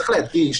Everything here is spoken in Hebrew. צריך להדגיש